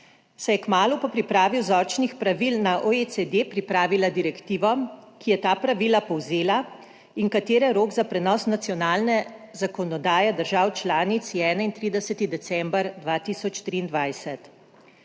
saj je kmalu po pripravi vzorčnih pravil na OECD pripravila direktivo, ki je ta pravila povzela in katere rok za prenos nacionalne zakonodaje držav članic je 31. december 2023.